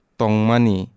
tongmani